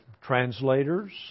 translators